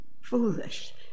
foolish